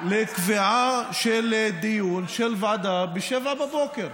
לקביעה של דיון של ועדה ב-07:00.